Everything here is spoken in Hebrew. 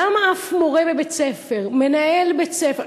למה אף מורה בבית-ספר, מנהל בית-ספר?